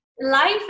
life